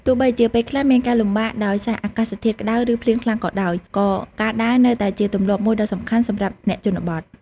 ទោះបីជាពេលខ្លះមានការលំបាកដោយសារអាកាសធាតុក្តៅឬភ្លៀងខ្លាំងក៏ដោយ ក៏ការដើរនៅតែជាទម្លាប់មួយដ៏សំខាន់សម្រាប់អ្នកជនបទ។